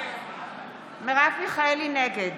נגד